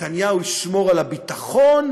נתניהו ישמור על הביטחון.